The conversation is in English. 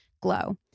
glow